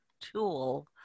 tool